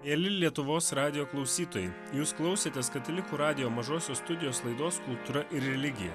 mieli lietuvos radijo klausytojai jūs klausėtės katalikų radijo mažosios studijos laidos kultūra ir religija